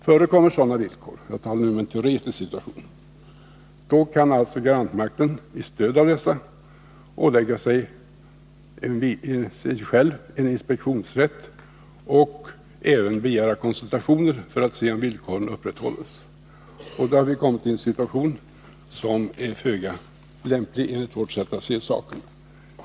Förekommer sådana villkor — jag talar nu om en teoretisk situation — kan alltså garantmakten med stöd av dessa ålägga sig själv en inspektionsrätt och även begära konsultationer för att se om villkoren upprätthålles. Då har vi kommit i en situation som är föga lämplig enligt vårt sätt att se saken.